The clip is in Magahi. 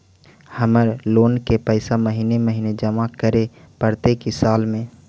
हमर लोन के पैसा महिने महिने जमा करे पड़तै कि साल में?